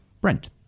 Brent